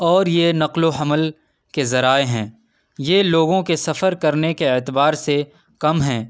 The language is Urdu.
اور یہ نقل و حمل کے ذرائع ہیں یہ لوگوں کے سفر کرنے کے اعتبار سے کم ہیں